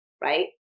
right